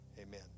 amen